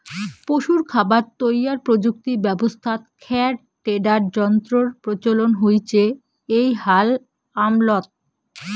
পশুর খাবার তৈয়ার প্রযুক্তি ব্যবস্থাত খ্যার টেডার যন্ত্রর প্রচলন হইচে এ্যাই হাল আমলত